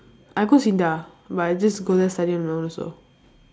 I go SINDA but I just go there study on my own also